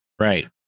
right